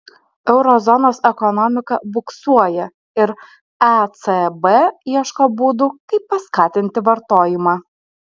euro zonos ekonomika buksuoja ir ecb ieško būdų kaip paskatinti vartojimą